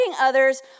others